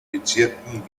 bezirken